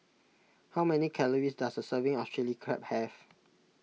how many calories does a serving of Chili Crab have